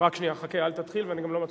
וההצעה לסדר-היום תידון בוועדת